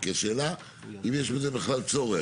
כי השאלה, אם יש בזה בכלל צורך?